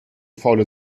faule